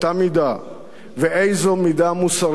ואיזו מידה מוסרית נחותה זאת.